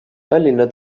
tallinna